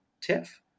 TIFF